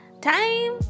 time